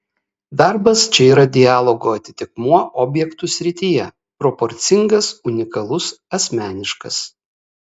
darbas čia yra dialogo atitikmuo objektų srityje proporcingas unikalus asmeniškas